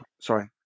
sorry